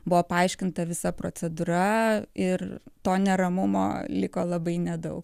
buvo paaiškinta visa procedūra ir to neramumo liko labai nedaug